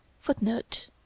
Footnote